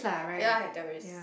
they all have their risk